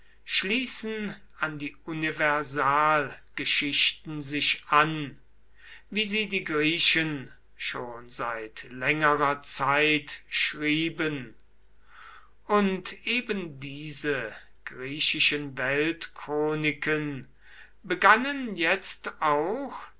schließen an die universalgeschichten sich an wie sie die griechen schon seit längerer zeit schrieben und ebendiese griechischen weltchroniken begannen jetzt auch